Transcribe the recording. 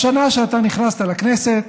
בשנה שנכנסת לכנסת